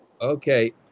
Okay